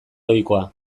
ohikoa